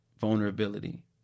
vulnerability